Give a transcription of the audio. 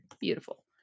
Beautiful